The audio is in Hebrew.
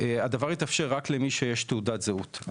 הדבר התאפשר רק למי שיש לו תעודת זהות.